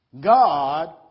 God